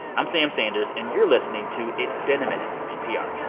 i'm sam sanders, and you're listening to it's been a minute from npr yeah